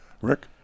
Rick